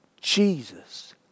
Jesus